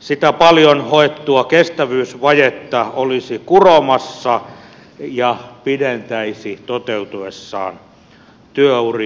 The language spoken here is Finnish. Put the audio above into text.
sitä paljon hoettua kestävyysvajetta olisi kuromassa ja pidentäisi toteutuessaan työuria